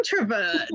introvert